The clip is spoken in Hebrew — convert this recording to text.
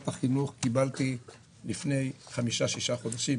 החינוך קיבלתי לפני חמישה-שישה חודשים,